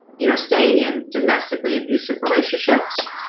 you know staying in domestically abusive relationships.